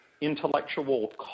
intellectual